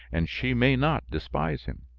and she may not despise him.